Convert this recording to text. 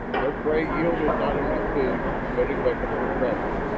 their prey yielded not only food but a weapon for travis.